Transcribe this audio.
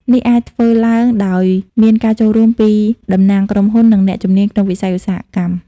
នេះអាចធ្វើឡើងដោយមានការចូលរួមពីតំណាងក្រុមហ៊ុន និងអ្នកជំនាញក្នុងវិស័យឧស្សាហកម្ម។